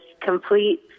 complete